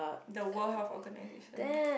the world health organisation